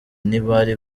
ntibari